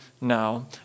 now